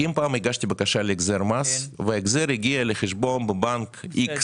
כי אם פעם הגשתי בקשה להחזר מס וההחזר הגיע לחשבון בבנק X,